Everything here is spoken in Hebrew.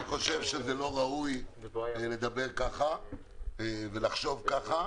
אני חושב שזה לא ראוי לדבר ככה ולחשוב ככה.